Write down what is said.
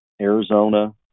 Arizona